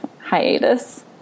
hiatus